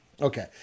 Okay